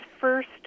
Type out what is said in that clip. first